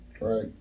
right